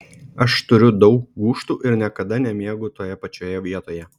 aš turiu daug gūžtų ir niekada nemiegu toje pačioje vietoje